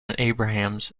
abrahams